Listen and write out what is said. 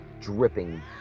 dripping